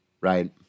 right